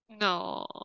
No